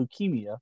leukemia